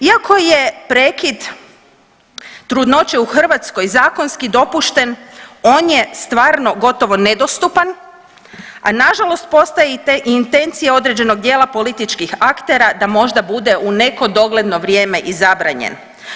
Iako je prekid trudnoće u Hrvatskoj zakonski dopušten on je stvarno gotovo nedostupan, a nažalost postoji intencija određenog dijela političkih aktera da možda bude u neko dogledno vrijeme i zabranjen.